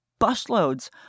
busloads